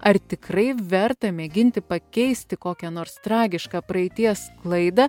ar tikrai verta mėginti pakeisti kokia nors tragiška praeities klaida